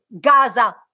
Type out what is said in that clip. Gaza